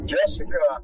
Jessica